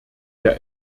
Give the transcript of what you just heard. der